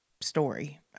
story